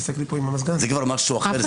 זה כבר משהו אחר.